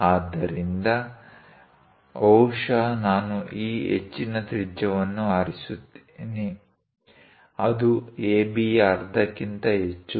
ಆದ್ದರಿಂದ ಬಹುಶಃ ನಾನು ಈ ಹೆಚ್ಚಿನ ತ್ರಿಜ್ಯವನ್ನು ಆರಿಸುತ್ತೇನೆ ಅದು ABಯ ಅರ್ಧಕ್ಕಿಂತ ಹೆಚ್ಚು